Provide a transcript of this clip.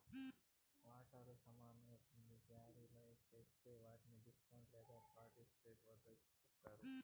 వాటాలు సమానంగా కింద జారీ జేస్తే వాట్ని డిస్కౌంట్ లేదా పార్ట్పెయిడ్ వద్ద జారీ చేస్తండారు